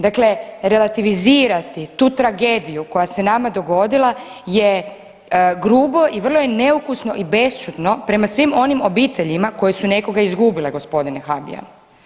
Dakle, relativizirati tu tragediju koja se nama dogodila je grubo i vrlo je neukupno i bešćutno prema svim onim obiteljima koje su nekoga izgubile, g. Habijan.